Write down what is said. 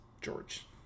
George